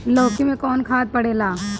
लौकी में कौन खाद पड़ेला?